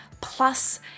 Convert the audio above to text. plus